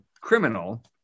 criminal